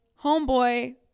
homeboy